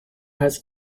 has